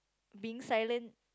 being silent